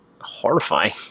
horrifying